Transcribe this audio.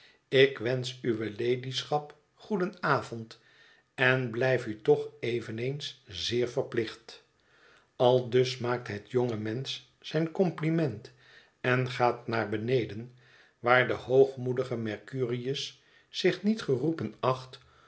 ik wensch uwe ladyschap goedenavond en blijf u toch eyeneens zeer verplicht aldus maakt het jonge mensch zijn compliment en gaat naar beneden waar de hoogmoedige mercurius zich niet geroepen acht